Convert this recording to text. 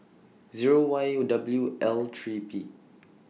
Zero Y W L three P